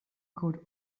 could